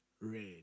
Red